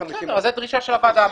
בסדר, זה דרישה של הוועדה.